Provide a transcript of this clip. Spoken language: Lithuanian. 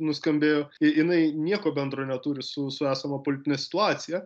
nuskambėjo kai jinai nieko bendro neturi su su esama politine situacija